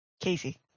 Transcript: Casey